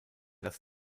das